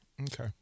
Okay